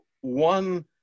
one